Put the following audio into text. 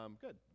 Good